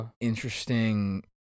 interesting